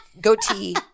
goatee